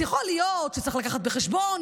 אז יכול להיות שצריך להביא בחשבון,